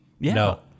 No